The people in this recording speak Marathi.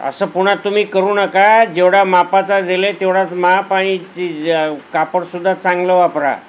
असं पुन्हा तुम्ही करू नका जेवढा मापाचा दिले तेवढाच माप आणि ति जे कापडसुद्धा चांगलं वापरा